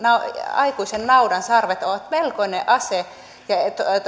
aikuisen naudan sarvet ovat melkoinen ase ja